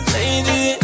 Lady